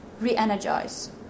re-energize